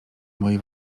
moi